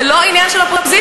זה לא עניין של אופוזיציה.